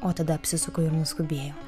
o tada apsisuko ir nuskubėjo